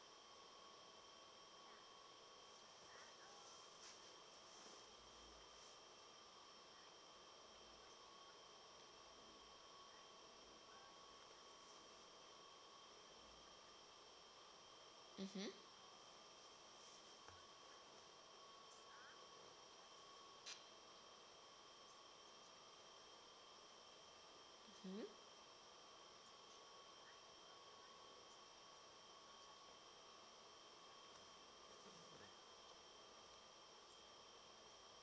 mmhmm